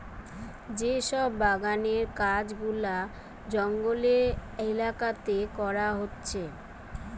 যে সব বাগানের কাজ গুলা জঙ্গলের এলাকাতে করা হচ্ছে